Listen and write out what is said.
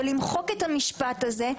ולמחוק את המשפט הזה,